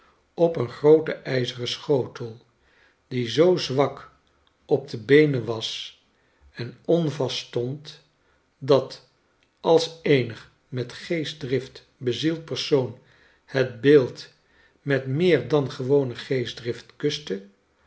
op een grooten ijzeren schotel die zoo zwak op de beenen was en onvast stond dat als eenigmet geestdrift bezield persoon het beeld met meer dan gewone geestdrift kuste